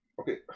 okay